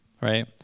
right